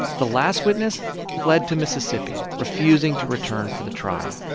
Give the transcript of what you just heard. the last witness fled to mississippi, refusing to return for the trial.